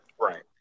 Right